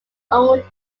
owned